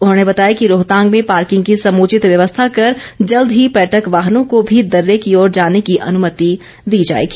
उन्होंने बताया कि रोहतांग में पार्किंग की समुचित व्यवस्था कर जल्द ही पर्यटक वाहनों को भी दर्रे की ओर जाने की अनुमति दी जाएगी